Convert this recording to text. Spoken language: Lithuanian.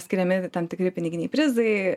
skiriami tam tikri piniginiai prizai